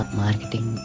marketing